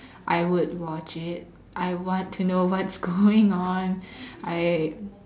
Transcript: I would watch it I want to know what's going on I